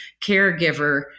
caregiver